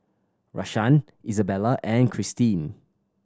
Rashaan Izabella and Cristine